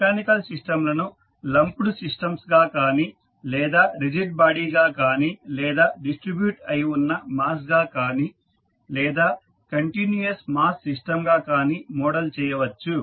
mechanical system లను lumped mass system గా కానీ లేదా రిజిడ్ బాడీ గా కానీ లేదా డిస్ట్రిబ్యూట్ అయి ఉన్న మాస్ గా కానీ లేదా కంటిన్యూయస్ మాస్ సిస్టంగా కానీ మోడల్ చేయవచ్చు